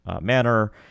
manner